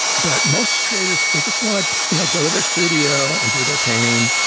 but most creators, they just want to you know go to their studio and do their painting,